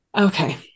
okay